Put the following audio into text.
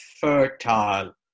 fertile